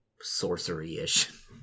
sorcery-ish